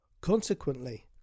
Consequently